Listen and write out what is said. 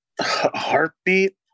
Heartbeat